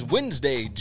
Wednesday